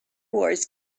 wars